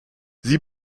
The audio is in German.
sie